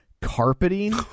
carpeting